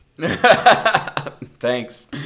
Thanks